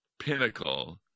pinnacle